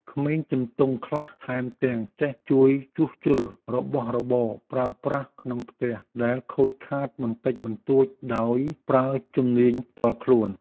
ក្មេងជំទង់ខ្លះថែមទាំងចេះជួយជួសជុលរបស់របរប្រើប្រាស់ក្នុងផ្ទះដែលខូចខាតបន្តិចបន្តួចដោយប្រើជំនាញផ្ទាល់ខ្លួន។